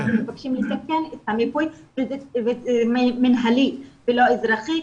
אנחנו מבקשים לתקן את המיפוי, מינהלי ולא אזרחי.